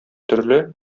төрле